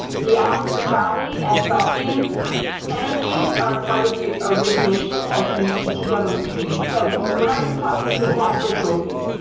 the aleister crowley and thothian energies are part of the origination of the et government treaty, so we're not just talking satanic ritual abuse,